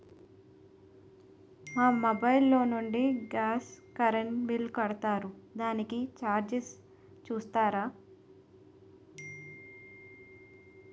మా మొబైల్ లో నుండి గాస్, కరెన్ బిల్ కడతారు దానికి చార్జెస్ చూస్తారా?